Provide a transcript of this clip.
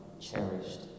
cherished